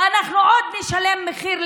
ואנחנו עוד נשלם מחיר,